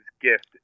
gift